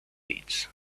pits